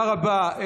תודה רבה.